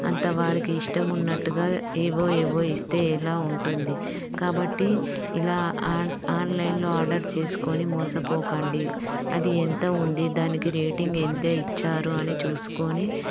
అంతవారికి ఇష్టం ఉన్నట్టుగా ఏవో ఏవో ఇస్తే ఎలా ఉంటుంది కాబట్టి ఇలా ఆన్ ఆన్లైన్లో ఆర్డర్ చేసుకొని మోసపోకండి అది ఎంత ఉంది దానికి రేటింగ్ ఎంత ఇచ్చారు అని చూసుకొని